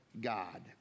God